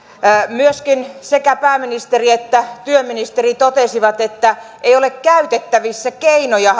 myöskin sekä pääministeri että työministeri totesivat että hallituksella ei ole käytettävissä keinoja